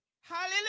Hallelujah